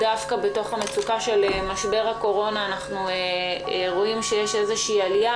דווקא בתוך המצוקה של משבר הקורונה אנחנו רואים שיש איזו עלייה,